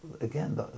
again